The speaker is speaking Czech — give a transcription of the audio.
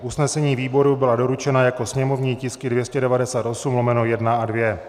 Usnesení výboru byla doručena jako sněmovní tisky 298/1 a 2.